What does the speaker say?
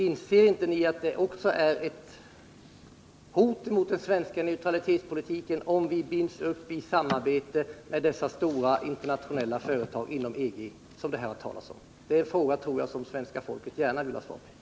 Inser inte också ni att det är ett hot mot den svenska neutralitetspolitiken om vi binds upp i samarbete med dessa stora internationella företag inom EG? Det är en fråga som jag tror att det svenska folket gärna vill ha ett svar på.